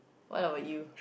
what about you